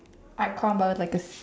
I crumb Bio like a